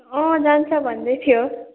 अँ जान्छ भन्दै थियो